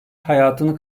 hayatını